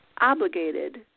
obligated